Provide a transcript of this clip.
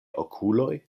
okuloj